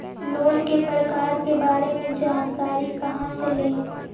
Loan के प्रकार के बारे मे जानकारी कहा से ले?